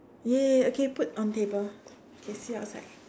!yay! okay put on table okay see you outside